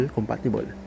compatible